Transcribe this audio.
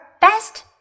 best